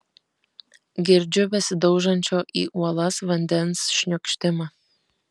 girdžiu besidaužančio į uolas vandens šniokštimą